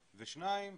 ושתיים,